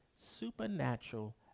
supernatural